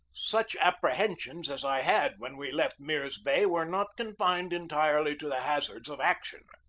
such appre hensions as i had when we left mirs bay were not confined entirely to the hazards of action.